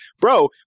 bro